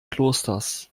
klosters